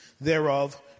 Thereof